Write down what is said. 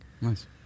Nice